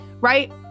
Right